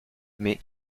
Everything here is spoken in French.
mais